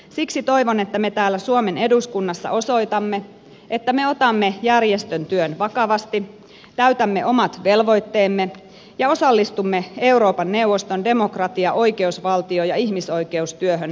siksi toivon että me täällä suomen eduskunnassa osoitamme että me otamme järjestön työn vakavasti täytämme omat velvoitteemme ja osallistumme euroopan neuvoston demokratia oikeusvaltio ja ihmisoikeustyöhön rohkeasti